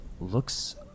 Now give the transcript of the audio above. looks